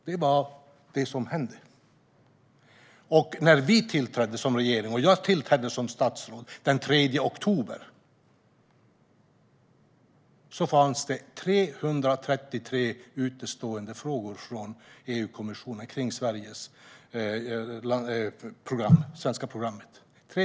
Det var det som hände. När vi tillträdde som regering och jag tillträdde som statsråd, den 3 oktober, fanns det 333 utestående frågor från EU-kommissionen kring det svenska programmet.